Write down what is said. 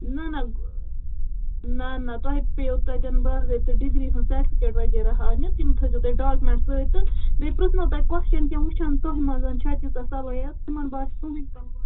نہَ نہَ نہَ نہَ تۄہہِ پیٚیو تَتٮ۪ن باضٲبطہٕ ڈِگری ہٕنٛز سَٹیفِکیٹ وغیرہ ہاونہِ تِم تھٲوِزیٚو تُہۍ ڈاکِمٮ۪نٛٹ سۭتۍ تہٕ بیٚیہِ پرٕٛژھنو تَتہِ کۄسچن تِم وُچھَن تۄہہِ منٛز چھا تیٖژاہ صلٲٛحِیَت تِمَن باسہِ تُہٕنٛدِ تَلہٕ گۄڈَٕ